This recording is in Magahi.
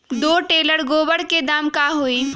दो टेलर गोबर के दाम का होई?